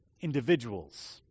individuals